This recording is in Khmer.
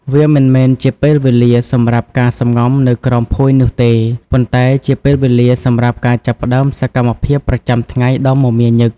វាមិនមែនជាពេលវេលាសម្រាប់ការសំងំនៅក្រោមភួយនោះទេ ប៉ុន្តែជាពេលវេលាសម្រាប់ការចាប់ផ្តើមសកម្មភាពប្រចាំថ្ងៃដ៏មមាញឹក។